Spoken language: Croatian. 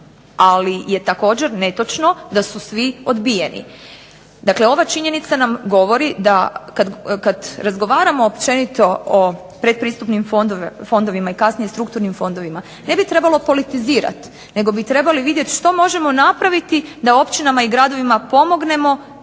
ali je također netočno da su svi odbijeni. Dakle, ova činjenica nam govori da kad razgovaramo općenito o pretpristupnim fondovima i kasnije strukturnim fondovima ne bi trebalo politizirati, nego bi trebali vidjeti što možemo napraviti da općinama i gradovima pomognemo